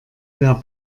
wer